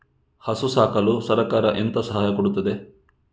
ಹಸು ಸಾಕಲು ಸರಕಾರ ಎಂತ ಸಹಾಯ ಕೊಡುತ್ತದೆ?